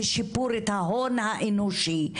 ושיפור את ההון האנושי.